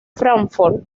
fráncfort